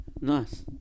nice